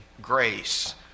grace